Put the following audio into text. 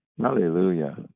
Hallelujah